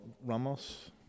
Ramos